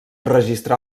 registrar